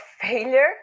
failure